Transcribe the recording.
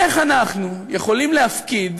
איך אנחנו יכולים להפקיד